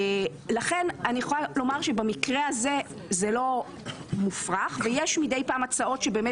לכן אני יכולה לומר שבמקרה הזה זה לא מופרך ויש מדי פעם הצעות שבאמת